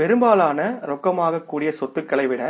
பெரும்பாலான ரொக்கமாகக் கூடிய சொத்துக்களை விட